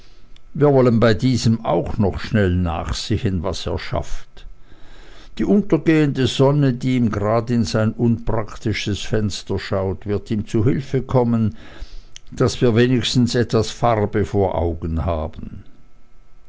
wir wollen bei diesem auch noch schnell nachsehen was er schafft die untergehende sonne die ihm grad in sein unpraktisches fenster schaut wird ihm zu hilfe kommen daß wir wenigstens etwas farbe vor augen haben